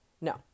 no